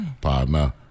Partner